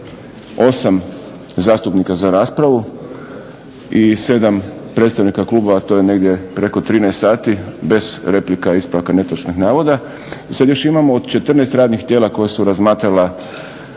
68 zastupnika za raspravu i 7 predstavnika klubova to je negdje preko 13 sati bez replika i ispravka netočnih navoda. I sad još imamo od 14 radnih tijela koja su razmatrala